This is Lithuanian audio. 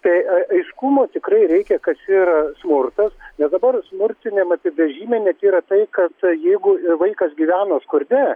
tai aiškumo tikrai reikia kas yra smurtas nes dabar smurtiniam apibrėžime net yra tai kad jeigu vaikas gyvena skurde